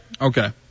Okay